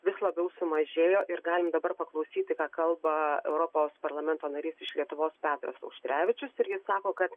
vis labiau sumažėjo ir galim dabar paklausyti ką kalba europos parlamento narys iš lietuvos petras auštrevičius ir ji sako kad